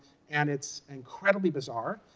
and it's incredibly bizarre.